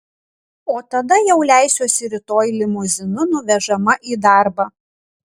o tada jau leisiuosi rytoj limuzinu nuvežama į darbą